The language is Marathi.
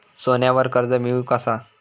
सोन्यावर कर्ज मिळवू कसा?